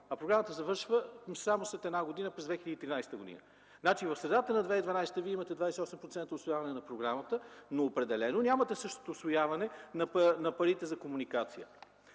а програмата завършва само след една година – през 2013 г. Значи, в средата на 2012 г. Вие имате 28% усвояване на програмата, но определено нямате същото усвояване на парите за комуникация.